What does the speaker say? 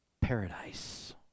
paradise